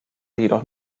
jedoch